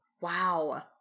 Wow